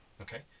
okay